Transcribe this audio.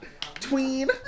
Tween